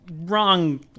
wrong